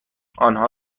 آنها